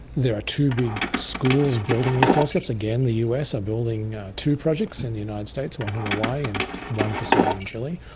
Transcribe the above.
there are two big schools building these telescopes, again the us are building two projects in the united states, one in hawaii and one facility in chile,